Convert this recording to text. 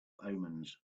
omens